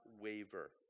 waver